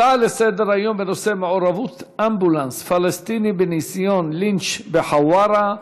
הצעות לסדר-היום בנושא: מעורבות אמבולנס פלסטיני בניסיון לינץ' בחווארה,